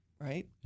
right